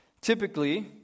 Typically